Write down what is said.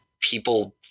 people